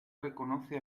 reconoce